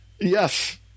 Yes